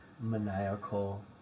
maniacal